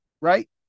Right